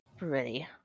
Ready